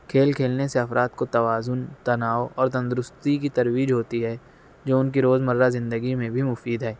کھیل کھیلنے سے افراد کو توازن تناؤ اور تندرستی کی ترویج ہوتی ہے جو ان کی روز مرہ زندگی میں بھی مفید ہے